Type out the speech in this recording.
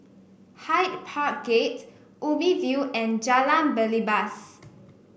Hyde Park Gate Ubi View and Jalan Belibas